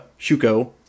Shuko